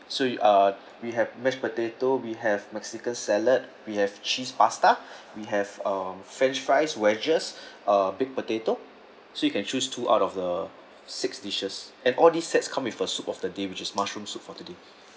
so you uh we have mashed potato we have mexican salad we have cheese pasta we have um french fries wedges uh baked potato so you can choose two out of the six dishes and all these sets come with a soup for the day which is mushroom soup for the day